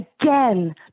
Again